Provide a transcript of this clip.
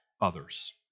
others